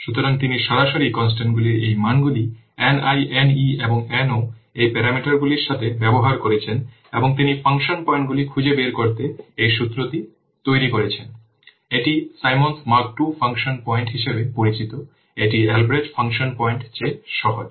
সুতরাং তিনি সরাসরি কন্সট্যান্টগুলির এই মানগুলি Ni Ne এবং No এই প্যারামিটারগুলির সাথে ব্যবহার করেছেন এবং তিনি ফাংশন পয়েন্টগুলি খুঁজে বের করতে এই সূত্রটি তৈরি করেছেন এটি Symons Mark II function point হিসাবে পরিচিত এটি Albrecht ফাংশন পয়েন্টের চেয়ে সহজ